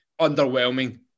underwhelming